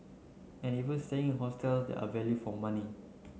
and even staying in hostels that are value for money